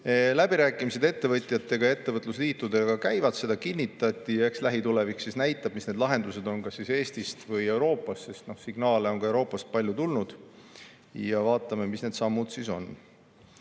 Läbirääkimised ettevõtjatega ja ettevõtlusliitudega käivad, seda kinnitati. Eks lähitulevik näitab, mis need lahendused on Eestis või Euroopas, sest signaale on ka Euroopast palju tulnud. Vaatame, mis need sammud on.